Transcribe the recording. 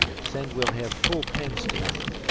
send we'll hev full pens to-night!